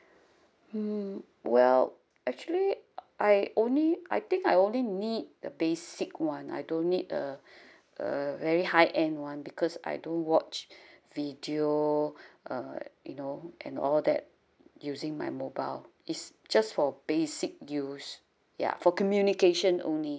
mm well actually I only I think I only need the basic one I don't need a a very high end one because I don't watch video uh you know and all that using my mobile it's just for basic use ya for communication only